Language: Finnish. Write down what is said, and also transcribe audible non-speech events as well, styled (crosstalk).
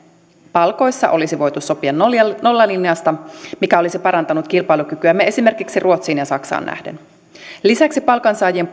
palkoissa olisi voitu sopia nollalinjasta mikä olisi parantanut kilpailukykyämme esimerkiksi ruotsiin ja saksaan nähden lisäksi palkansaajien (unintelligible)